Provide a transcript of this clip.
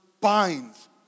binds